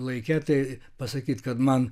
laike tai pasakyt kad man